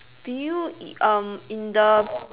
do you i~ um in the